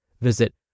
Visit